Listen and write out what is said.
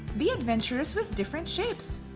be adventurous with different shapes!